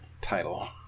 Title